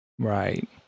Right